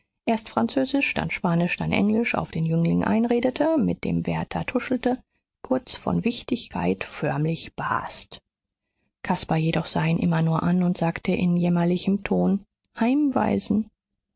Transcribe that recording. erst französisch dann spanisch dann englisch auf den jüngling einredete mit dem wärter tuschelte kurz von wichtigkeit förmlich barst caspar jedoch sah ihn immer nur an und sagte in jämmerlichem ton heimweisen